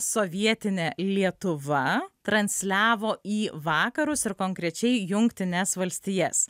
sovietinė lietuva transliavo į vakarus ir konkrečiai jungtines valstijas